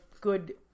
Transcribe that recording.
good